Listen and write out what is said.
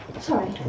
sorry